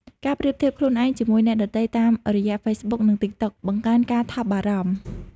ការប្រៀបធៀបខ្លួនឯងជាមួយអ្នកដទៃតាមរយៈ Facebook និង TikTok បង្កើនការថប់បារម្ភ។